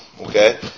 Okay